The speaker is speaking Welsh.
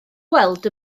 weld